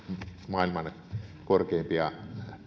maailman korkeimpia